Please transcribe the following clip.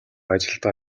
ажилдаа